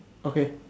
okay